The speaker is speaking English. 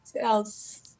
else